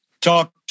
talk